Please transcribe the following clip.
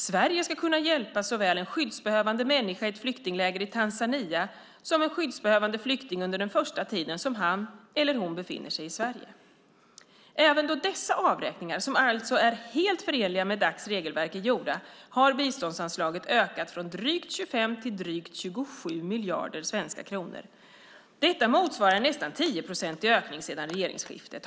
Sverige ska kunna hjälpa såväl en skyddsbehövande människa i ett flyktingläger i Tanzania som en skyddsbehövande flykting under den första tiden som han eller hon befinner sig i Sverige. Även då dessa avräkningar, som alltså är helt förenliga med Dac:s regelverk, är gjorda har biståndsanslaget ökat från drygt 25 till drygt 27 miljarder svenska kronor. Detta motsvarar en nästan tioprocentig ökning sedan regeringsskiftet.